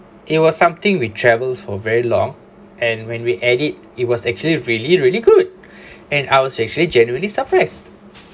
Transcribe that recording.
it was something we travels for very long and when we ate it it was actually really really good and I was actually generally surprise